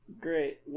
Great